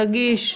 תגיש,